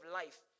life